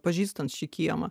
pažįstant šį kiemą